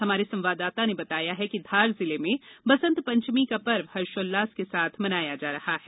हमारे संवाददाता ने बताया है कि धार जिले में बसंत पंचमी का पर्व हर्षोल्लास के साथ मनाया जा रहा है